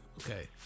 Okay